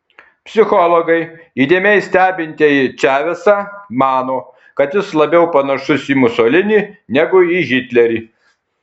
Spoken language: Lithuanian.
psichologai įdėmiai stebintieji čavesą mano kad jis labiau panašus į musolinį negu į hitlerį